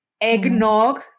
eggnog